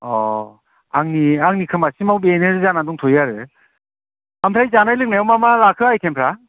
आंनि आंनि खोमासिमाव बेनो जानानै दंथ'यो आरो ओमफ्राय जानाय लोंनायाव मा मा लाखो आइटेमफ्रा